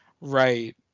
Right